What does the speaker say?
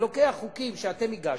אני לוקח חוקים שאתם הגשתם,